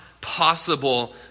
possible